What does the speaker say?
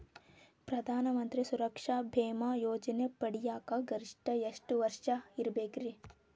ಪ್ರಧಾನ ಮಂತ್ರಿ ಸುರಕ್ಷಾ ಭೇಮಾ ಯೋಜನೆ ಪಡಿಯಾಕ್ ಗರಿಷ್ಠ ಎಷ್ಟ ವರ್ಷ ಇರ್ಬೇಕ್ರಿ?